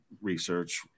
research